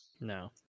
No